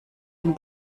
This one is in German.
dem